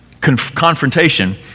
confrontation